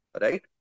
right